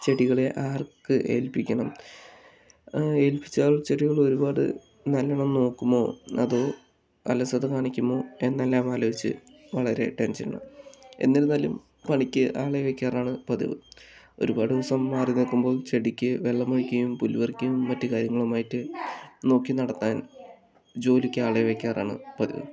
ചെടികളെ ആർക്ക് ഏൽപ്പിക്കണം ഏൽപ്പിച്ചാൽ ചെടികള് ഒരുപാട് നല്ലോണം നോക്കുമോ അതോ അലസത കാണിക്കുമോ എന്നെല്ലാം ആലോചിച്ച് വളരെ ടെൻഷനാണ് എന്നിരുന്നാലും പണിക്ക് ആളെ വെക്കാറാണ് പതിവ് ഒരുപാട് ദിവസം മാറിനിൽക്കുമ്പോൾ ചെടിക്ക് വെള്ളമൊഴിക്കുകയും പുല്ല് പറിക്കുകയും മറ്റ് കാര്യങ്ങളുമായിട്ട് നോക്കി നടത്താൻ ജോലിക്ക് ആളെ വെക്കാറാണ് പതിവ്